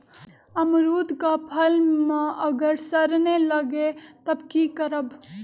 अमरुद क फल म अगर सरने लगे तब की करब?